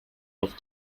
auf